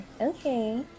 okay